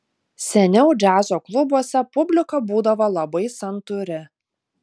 seniau džiazo klubuose publika būdavo labai santūri